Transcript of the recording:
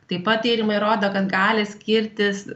taip pat tyrimai rodo kad gali skirtis